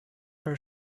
her